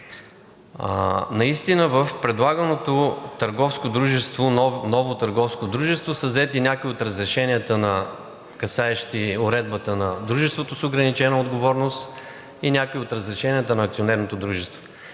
Наистина в предлаганото ново търговско дружество са взети някои от разрешенията, касаещи уредбата на дружеството с ограничена отговорност, и някои от разрешенията на акционерното дружество.